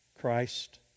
Christ